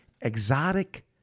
exotic